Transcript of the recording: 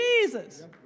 Jesus